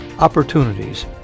opportunities